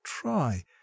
try